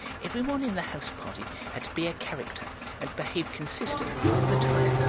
every one in the house-party had to be a character and behave consistently all the time,